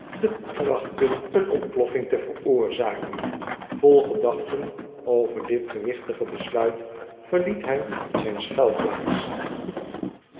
te trachten een ontploffing te veroorzaken vol gedachten over dit gewichtige besluit verliet hij